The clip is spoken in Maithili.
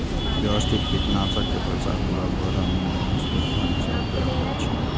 व्यवस्थित कीटनाशक के प्रसार पूरा पौधा मे व्यवस्थित ढंग सं कैल जाइ छै